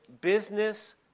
business